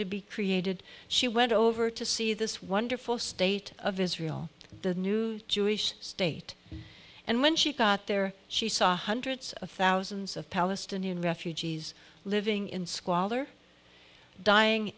to be created she went over to see this wonderful state of israel the new jewish state and when she got there she saw hundreds of thousands of palestinian refugees living in squalor dying